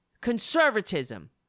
conservatism